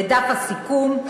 בדף הסיכום.